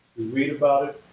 we read about